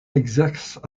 exerce